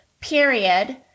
period